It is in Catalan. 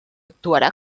actuarà